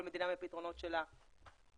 כל מדינה והפתרונות שלה.